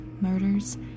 murders